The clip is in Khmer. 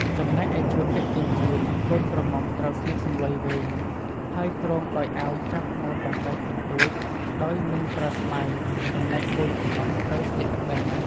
ចំណែកឯឈុតពាក់ចិញ្ចៀនកូនក្រមុំត្រូវស្លៀកសំឡុយវែង ហើយគ្រងដោយអាវចាប់ម៉ូតបន្តិចបន្តួចដោយមិនប្រើស្បៃ ចំណែកកូនកំលោះត្រូវស្លៀកក្បិន។